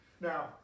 now